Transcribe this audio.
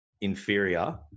inferior